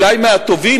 אולי מהטובים